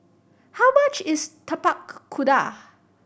how much is Tapak Kuda